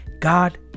God